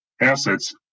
assets